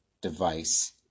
device